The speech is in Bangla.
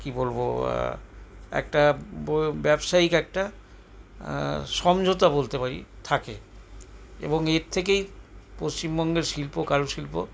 কি বলব একটা ব্যবসায়িক একটা সমঝোতা বলতে পারি থাকে এবং এর থেকেই পশ্চিমবঙ্গের শিল্প কারুশিল্প